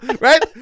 right